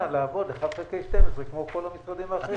לעבוד אחד חלקי 12 כמו כל המשרדים האחרים.